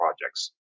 projects